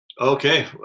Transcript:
Okay